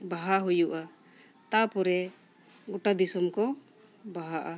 ᱵᱟᱦᱟ ᱦᱩᱭᱩᱜᱼᱟ ᱛᱟᱯᱚᱨᱮ ᱜᱚᱴᱟ ᱫᱤᱥᱚᱢ ᱠᱚ ᱵᱟᱦᱟᱜᱼᱟ